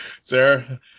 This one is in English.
Sarah